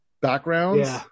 backgrounds